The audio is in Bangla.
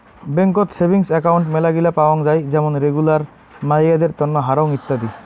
বেংকত সেভিংস একাউন্ট মেলাগিলা পাওয়াং যাই যেমন রেগুলার, মাইয়াদের তন্ন, হারং ইত্যাদি